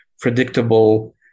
predictable